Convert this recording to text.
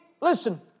Listen